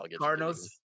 Cardinals